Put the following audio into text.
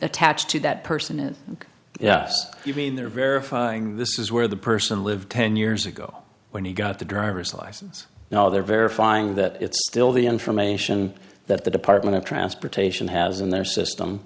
attached to that person and yes even their verifying this is where the person lived ten years ago when he got the driver's license now they're verifying that it's still the information that the department of transportation has in their system